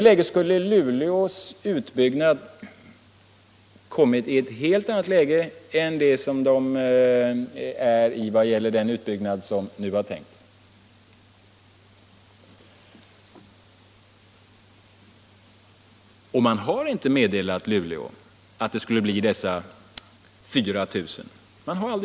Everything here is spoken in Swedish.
Då skulle Luleås utbyggnad ha kommit i ett helt annat läge än det som Luleå är i då det gäller den uppläggning som nu är tänkt. Man har aldrig meddelat Luleå att det skulle bli dessa 4000.